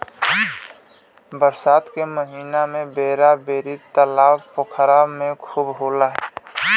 बरसात के महिना में बेरा बेरी तालाब पोखरा में खूब होला